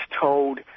told